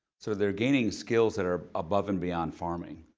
so they're gaining skills that are above and beyond farming,